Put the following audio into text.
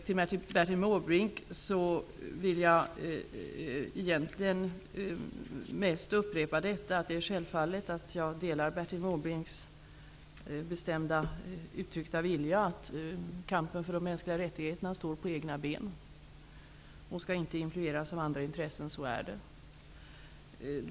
Till Bertil Måbrink vill jag egentligen mest upprepa att jag självfallet delar Bertil Måbrinks bestämt uttryckta vilja att vi i kampen för de mänskliga rättigheterna står på egna ben, och att vi inte skall influeras av andra intressen.